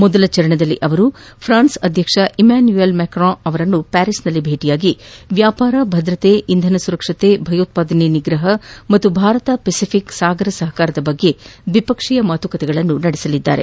ಮೊದಲ ಚರಣದಲ್ಲಿ ಅವರು ಫ್ರಾನ್ಸ್ ಅಧ್ಯಕ್ಷ ಎಮಾನ್ಯುಯಲ್ ಮ್ಯಾಕ್ರಾನ್ ಅವರನ್ನು ಪ್ಯಾರಿಸ್ನಲ್ಲಿ ಭೇಟಿಯಾಗಿ ವ್ಯಾಪಾರ ಭದ್ರತೆ ಇಂಧನ ಸುರಕ್ಷತೆ ಭಯೋತ್ಪಾದನೆ ನಿಗ್ರಹ ಹಾಗೂ ಭಾರತ ಪೆಸಿಫಿಕ್ ಸಾಗರ ಸಹಕಾರ ಕುರಿತು ದ್ವಿಪಕ್ಷೀಯ ಮಾತುಕತೆ ನಡೆಸಲಿದ್ದಾರೆ